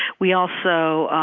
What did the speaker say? we also